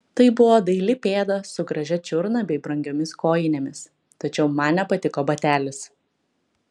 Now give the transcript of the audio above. tai buvo daili pėda su gražia čiurna bei brangiomis kojinėmis tačiau man nepatiko batelis